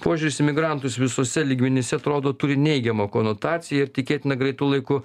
požiūris į migrantus visuose lygmenyse atrodo turi neigiamą konotaciją ir tikėtina greitu laiku